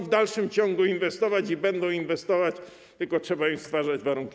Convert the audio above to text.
W dalszym ciągu chcą inwestować i będą inwestować, tylko trzeba im stwarzać warunki.